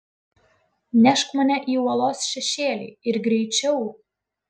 nešk mane į uolos šešėlį ir greičiau